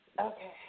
Okay